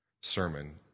sermon